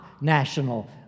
national